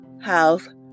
house